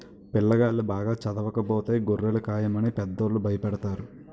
పిల్లాగాళ్ళు బాగా చదవకపోతే గొర్రెలు కాయమని పెద్దోళ్ళు భయపెడతారు